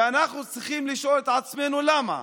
ואנחנו צריכים לשאול את עצמנו למה.